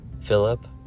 Philip